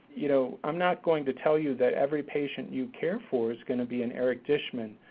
you know, i'm not going to tell you that every patient you care for is going to be an eric dishman,